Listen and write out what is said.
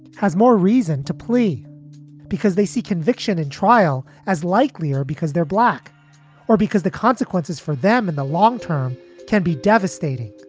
has more reason to plea because they see conviction and trial as likely because they're black or because the consequences for them in the long term can be devastating